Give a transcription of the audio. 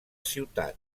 ciutat